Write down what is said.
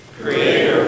Creator